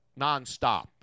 nonstop